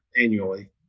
annually